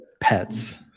pets